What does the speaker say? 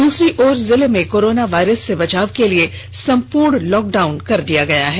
दूसरी ओर जिले में कोरोना वायरस से बचाव के लिए संपुर्ण लॉक डाउन कर दिया गया है